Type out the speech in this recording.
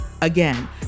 Again